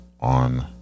on